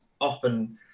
often